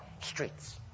streets